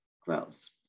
grows